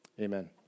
Amen